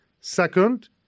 Second